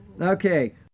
Okay